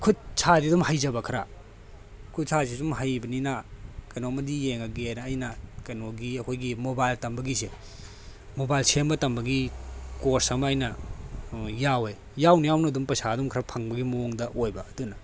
ꯈꯨꯠꯁꯥꯗꯤ ꯑꯗꯨꯝ ꯍꯩꯖꯕ ꯈꯔ ꯈꯨꯠꯁꯥꯁꯦ ꯑꯁꯨꯝ ꯍꯩꯕꯅꯤꯅ ꯀꯩꯅꯣꯝꯃꯗꯤ ꯌꯦꯡꯉꯒꯦꯅ ꯑꯩꯅ ꯀꯩꯅꯣꯒꯤ ꯑꯩꯈꯣꯏꯒꯤ ꯃꯣꯕꯥꯏꯜ ꯇꯝꯕꯒꯤꯁꯦ ꯃꯣꯕꯥꯏꯜ ꯁꯦꯝꯕ ꯇꯝꯕꯒꯤ ꯀꯣꯔ꯭ꯁ ꯑꯃ ꯑꯩꯅ ꯌꯥꯎꯑꯦ ꯌꯥꯎꯅ ꯌꯥꯎꯅ ꯑꯗꯨꯝ ꯄꯩꯁꯥ ꯑꯗꯨꯝ ꯈꯔ ꯐꯪꯕꯒꯤ ꯃꯑꯣꯡꯗ ꯑꯣꯏꯕ ꯑꯗꯨꯅ